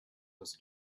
was